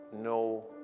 no